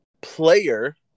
player